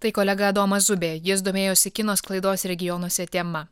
tai kolega adomas zubė jis domėjosi kino sklaidos regionuose tema